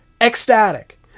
ecstatic